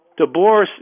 DeBoer